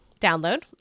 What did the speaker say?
download